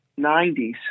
90s